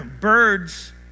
birds